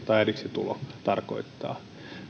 tai äidiksi tulo tarkoittaa